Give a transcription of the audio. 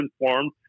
informed